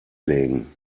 legen